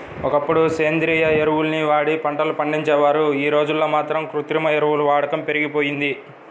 ఒకప్పుడు సేంద్రియ ఎరువుల్ని వాడి పంటలు పండించేవారు, యీ రోజుల్లో మాత్రం కృత్రిమ ఎరువుల వాడకం పెరిగిపోయింది